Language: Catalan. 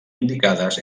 indicades